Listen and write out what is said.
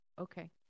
Okay